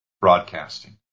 broadcasting